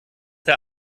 der